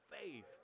faith